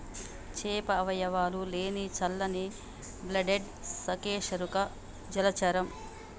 చేప అవయవాలు లేని చల్లని బ్లడెడ్ సకశేరుక జలచరం